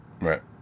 Right